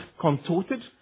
contorted